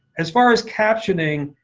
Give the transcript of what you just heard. as far as captioning,